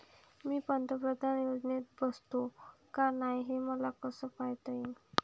मी पंतप्रधान योजनेत बसतो का नाय, हे मले कस पायता येईन?